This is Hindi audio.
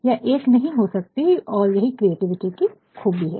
यह एक नहीं हो सकती है और यही क्रिएटिविटी की खूबी है